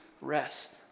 rest